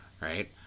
Right